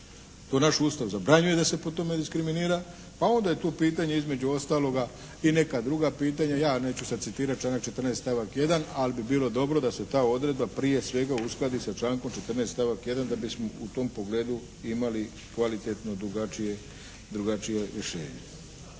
To naš Ustav zabranjuje da se po tome diskriminira. Pa ona je tu pitanje između ostaloga i neka druga pitanja, ja neću sada citirati članak 14. stavak 1. ali bi bilo dobro da se ta odredba prije svega uskladi sa člankom 14. stavak 1. da bismo u tom pogledu imali kvalitetno drugačije mišljenje.